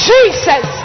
Jesus